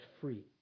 free